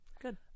Good